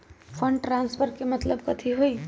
Fund transfer के मतलब कथी होई?